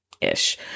ish